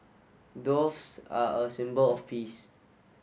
doves are a symbol of peace